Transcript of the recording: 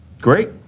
great.